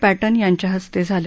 pattern यांच्या हस्ते झालं